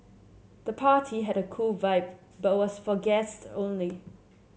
the party had a cool vibe but was for guest only